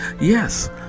Yes